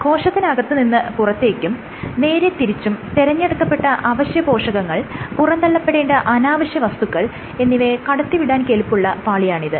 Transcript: കോശങ്ങൾക്കകത്ത് നിന്ന് പുറത്തേക്കും നേരെ തിരിച്ചും തെരഞ്ഞെടുക്കപ്പെട്ട അവശ്യപോഷകങ്ങൾ പുറന്തള്ളപെടേണ്ട അനാവശ്യ വസ്തുക്കൾ എന്നിവയെ കടത്തിവിടാൻ കെല്പുള്ള പാളിയാണിത്